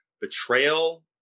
betrayal